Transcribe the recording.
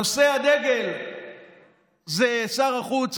נושאי הדגל הם שר החוץ,